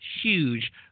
huge